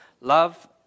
love